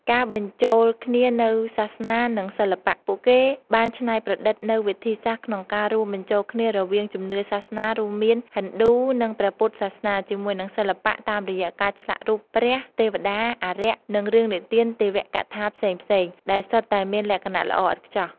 ការបញ្ចូលគ្នានូវសាសនា និងសិល្បៈ ពួកគេបានច្នៃប្រឌិតនូវវិធីសាស្ត្រក្នុងការរួមបញ្ចូលគ្នារវាងជំនឿសាសនា រួមមាន ហិណ្ឌូ និងព្រះពុទ្ធសាសនា ជាមួយនឹងសិល្បៈ តាមរយៈការឆ្លាក់រូបព្រះ ទេវតា អារក្ស និងរឿងនិទានទេវកថាផ្សេងៗ ដែលសុទ្ធតែមានលក្ខណៈល្អឥតខ្ចោះ។